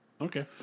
Okay